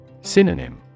Synonym